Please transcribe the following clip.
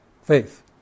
Faith